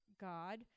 God